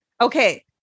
Okay